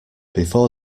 before